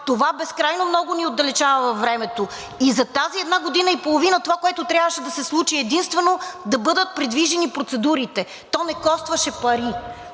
това безкрайно много ни отдалечава във времето и за тази една година и половина това, което трябваше да се случи, е единствено да бъдат придвижени процедурите. То не костваше пари